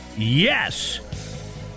Yes